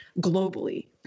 globally